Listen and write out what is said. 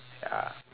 ya